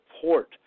support